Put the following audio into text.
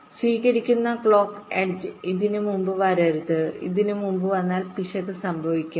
സ്വീകരിക്കുന്ന ക്ലോക്ക് എഡ്ജ്ഇതിന് മുമ്പ് വരരുത് ഇതിന് മുമ്പ് വന്നാൽ പിശക് സംഭവിക്കാം